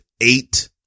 eight